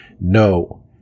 no